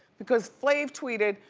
because flav tweeted,